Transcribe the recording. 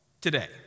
today